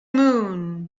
moon